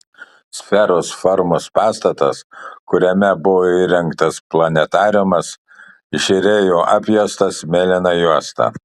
sferos formos pastatas kuriame buvo įrengtas planetariumas žėrėjo apjuostas mėlyna juosta